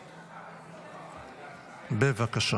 בבקשה.